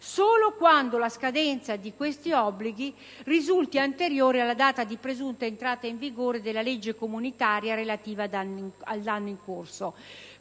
allorquando la scadenza di tali obblighi risulti anteriore alla data di presunta entrata in vigore della legge comunitaria relativa all'anno in corso.